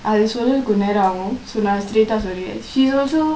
அது சொல்ல கொன்ஜ நேரம் ஆகும்:athu solla konja neram aagum so நா:naa straight சொல்ரேன்:solliren